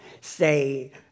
say